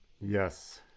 Yes